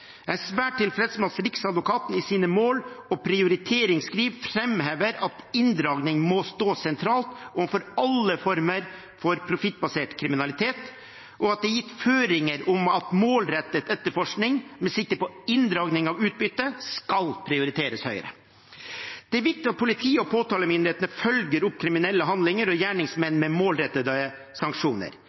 Jeg er svært tilfreds med at Riksadvokaten i sine mål- og prioriteringsskriv framhever at inndragning må stå sentralt overfor alle former for profittbasert kriminalitet, og at det er gitt føringer om at målrettet etterforskning med sikte på inndragning av utbytte skal prioriteres høyere. Det er viktig at politiet og påtalemyndighetene følger opp kriminelle handlinger og gjerningsmenn med målrettede sanksjoner.